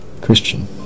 Christian